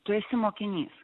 tu esi mokinys